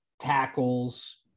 tackles